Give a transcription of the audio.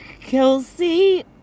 Kelsey